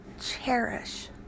cherish